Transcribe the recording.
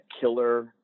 killer